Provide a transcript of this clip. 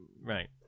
right